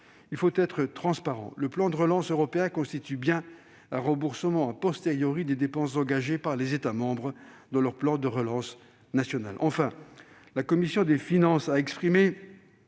Il faut être transparent : le plan de relance européen constitue bien un remboursement des dépenses engagées par les États membres dans leur plan de relance national. La commission des finances a exprimé